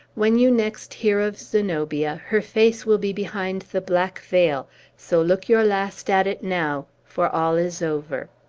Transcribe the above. when you next hear of zenobia, her face will be behind the black veil so look your last at it now for all is over.